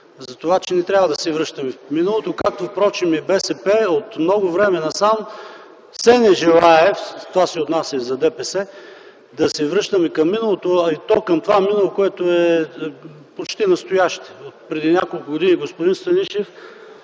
за това, че не трябва да се връщаме в миналото, както впрочем и БСП от много време насам все не желае – това се отнася и за ДПС, да се връщаме към миналото, а и то към това минало, което е почти настояще. Преди няколко години, господин Станишев,